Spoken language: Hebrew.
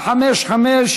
455,